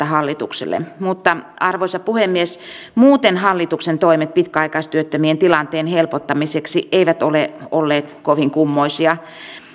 hallitukselle mutta arvoisa puhemies muuten hallituksen toimet pitkäaikaistyöttömien tilanteen helpottamiseksi eivät ole olleet kovin kummoisia